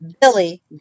Billy